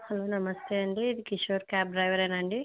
hello నమస్తే అండి ఇది కిషోర్ క్యాబ్ డ్రైవరేనా అండి